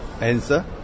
answer